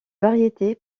variété